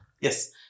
Yes